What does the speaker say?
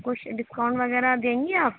کچھ ڈسکاؤنٹ وغیرہ دیں گی آپ